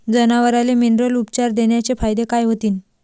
जनावराले मिनरल उपचार देण्याचे फायदे काय होतीन?